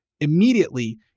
immediately